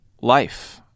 life